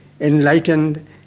enlightened